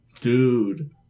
Dude